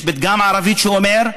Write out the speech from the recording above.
יש פתגם ערבי שאומר: